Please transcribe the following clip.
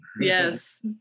Yes